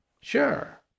sure